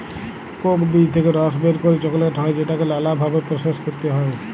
Coke বীজ থেক্যে রস বের করে চকলেট হ্যয় যেটাকে লালা ভাবে প্রসেস ক্যরতে হ্য়য়